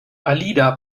alida